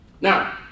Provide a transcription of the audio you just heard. Now